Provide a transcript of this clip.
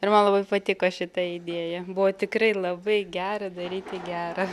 ir man labai patiko šita idėja buvo tikrai labai gera daryti gera